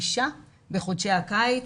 246 בחודשי הקיץ,